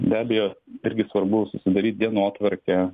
be abejo irgi svarbu susidaryt dienotvarkę